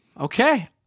Okay